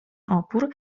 opór